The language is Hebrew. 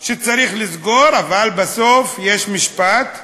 צריך לסגור, אבל בסוף יש משפט: